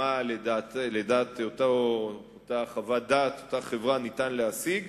ומה לדעת אותה חברה ניתן להשיג.